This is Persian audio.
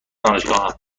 دانشگاهم، نصف